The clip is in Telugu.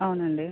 అవునండి